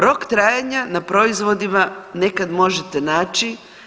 Rok trajanja na proizvodima nekad možete naći.